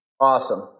Awesome